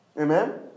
Amen